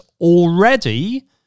already